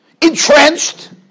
entrenched